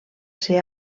ser